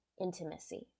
intimacy